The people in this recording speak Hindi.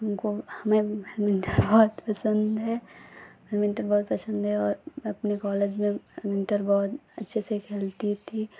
हमको हमें भी बहुत पसंद है हमें तो बहुत पसंद है और अपने कॉलेज में इंटर बाद अच्छे से खेलती थी और